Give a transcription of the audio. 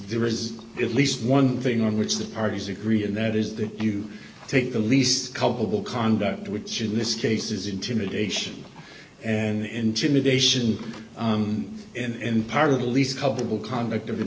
there is at least one thing on which the parties agree and that is that you take the least culpable conduct which in this case is intimidation and intimidation and part of the least culpable conduct of